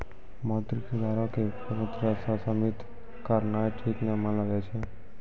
मौद्रिक सुधारो के कोनो तरहो से सीमित करनाय ठीक नै मानलो जाय छै